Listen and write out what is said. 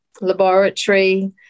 laboratory